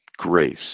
grace